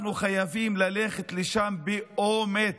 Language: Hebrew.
אנחנו חייבים ללכת לשם באומץ.